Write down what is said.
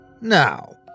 Now